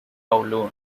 kowloon